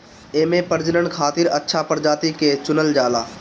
एमे प्रजनन खातिर अच्छा प्रजाति के चुनल जाला